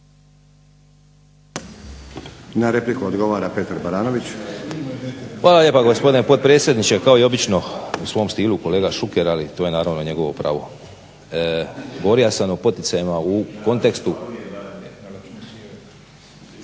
Na repliku odgovara Petar Baranović. **Baranović, Petar (HNS)** Hvala lijepa gospodine potpredsjedniče. Kao i obično u svom stilu kolega Šuker, ali to je naravno njegovo pravo. Govorio sam o poticajima u kontekstu